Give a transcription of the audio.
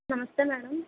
నమస్తే మేడం